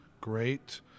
great